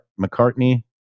McCartney